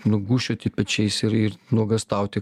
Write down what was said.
nu gūžčioti pečiais ir ir nuogąstauti